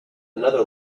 another